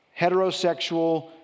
heterosexual